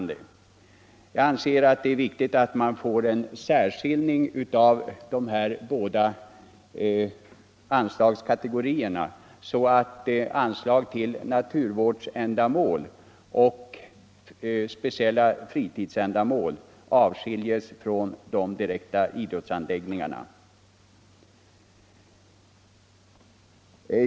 Det är viktigt att man särskiljer dessa båda anslagskategorier, så att anslag till naturvårdsändamål och speciella fritidsändamål avskiljs från anslag till direkta idrottsansläggningar.